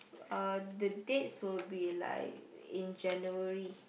uh the dates will be like in January